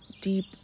deep